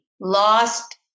lost